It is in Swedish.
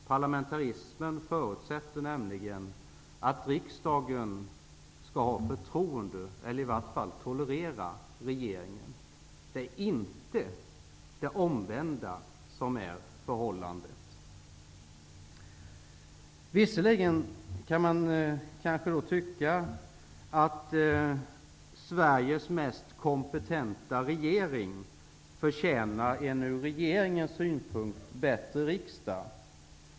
Parlamentarismen förutsätter nämligen att riksdagen skall ha förtroende för -- eller i vart fall tolerera -- regeringen. Det skall inte råda det omvända förhållandet. Visserligen kan man tycka att Sveriges mest kompetenta regering förtjänar en från regeringssynpunkt bättre riksdag.